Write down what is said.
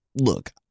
Look